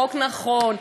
חוק נכון,